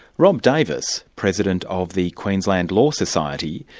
rob davis, president of the queensland law society,